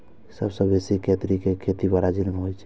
सबसं बेसी केतारी के खेती ब्राजील मे होइ छै